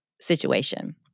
situation